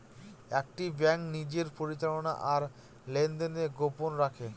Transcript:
একটি ব্যাঙ্ক নিজের পরিচালনা আর লেনদেন গোপন রাখে